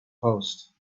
post